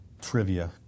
trivia